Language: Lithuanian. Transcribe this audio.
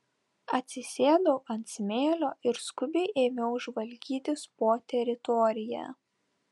atsisėdau ant smėlio ir skubiai ėmiau žvalgytis po teritoriją